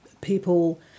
people